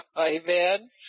Amen